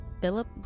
Philip